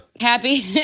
Happy